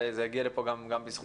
זה הגיע לפה גם בזכותם.